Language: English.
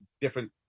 different –